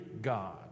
God